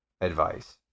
advice